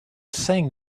saying